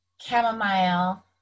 chamomile